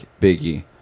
Biggie